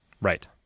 Right